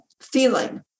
feeling